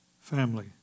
family